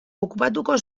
okupatuko